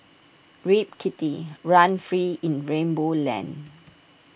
Rip Kitty run free in rainbow land